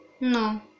No